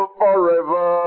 forever